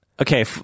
Okay